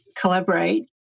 collaborate